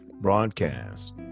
broadcast